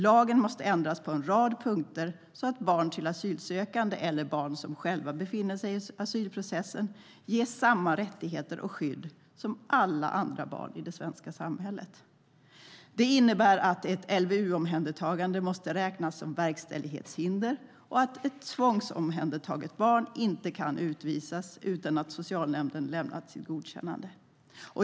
Lagen måste ändras på en rad punkter, så att barn till asylsökande eller barn som själva befinner sig i asylprocessen ges samma rättigheter och skydd som alla andra barn i det svenska samhället. Det innebär att ett LVU-omhändertagande måste räknas som verkställighetshinder och att ett tvångsomhändertaget barn inte kan utvisas utan att socialnämnden lämnat sitt godkännande.